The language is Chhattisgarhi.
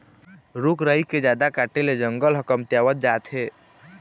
रूख राई के जादा काटे ले जंगल ह कमतियावत जात हे